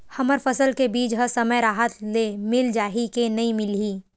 हमर फसल के बीज ह समय राहत ले मिल जाही के नी मिलही?